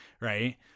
Right